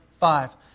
Five